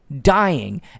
dying